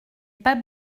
pas